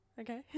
Okay